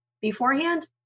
beforehand